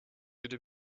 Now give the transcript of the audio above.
würde